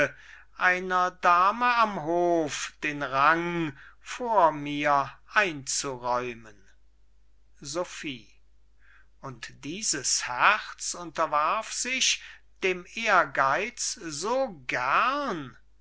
einer dame am hof den rang vor mir einzuräumen sophie und dieses herz unterwarf sich dem ehrgeiz so gern